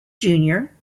junior